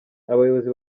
abayobozi